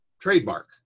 trademark